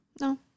No